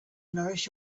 nourish